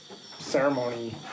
ceremony